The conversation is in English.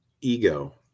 ego